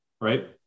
right